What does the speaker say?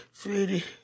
Sweetie